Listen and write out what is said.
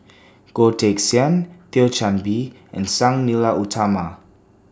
Goh Teck Sian Thio Chan Bee and Sang Nila Utama